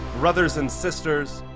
brothers and sisters,